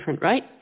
right